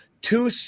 two